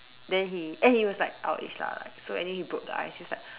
then he and he was like our age lah so anyway he broke the ice he was like